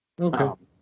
Okay